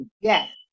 yes